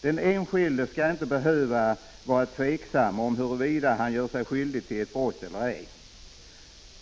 Den enskilde skall inte behöva vara tveksam om huruvida han gör sig skyldig till ett brott eller ej.